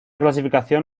clasificación